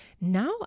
now